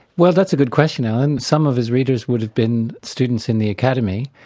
well, that's a good question, alan. some of his readers would have been students in the academy.